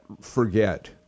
forget